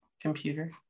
computer